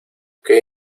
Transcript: que